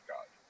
God